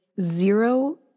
zero